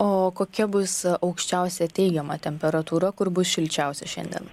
o kokia bus aukščiausia teigiama temperatūra kur bus šilčiausia šiandien